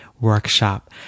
workshop